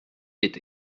était